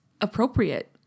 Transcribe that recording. appropriate